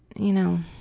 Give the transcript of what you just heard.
you know,